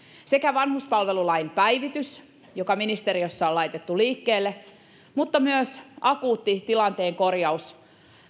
sekä vanhuspalvelulain päivitys joka ministeriössä on laitettu liikkeelle että myös akuutti tilanteen korjaus